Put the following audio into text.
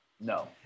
No